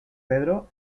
pedro